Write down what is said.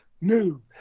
New